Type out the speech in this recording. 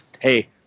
hey